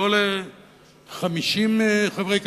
לא ל-50 חברי כנסת,